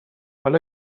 حالا